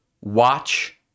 watch